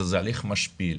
זה הליך משפיל.